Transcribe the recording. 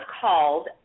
called